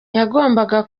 yagombaga